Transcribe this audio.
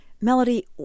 Melody